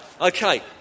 Okay